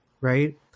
right